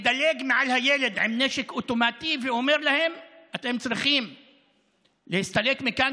מדלג מעל הילד עם נשק אוטומטי ואומר להם: אתם צריכים להסתלק מכאן,